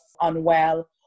unwell